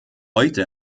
heute